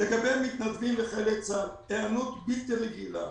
לגבי המתנדבים וחיילי צה"ל, היענות בלתי רגילה.